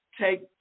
take